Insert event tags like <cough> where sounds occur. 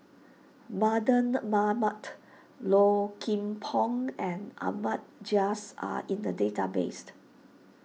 Mardan Mamat Low Kim Pong and Ahmad Jais are in the database <unintelligible>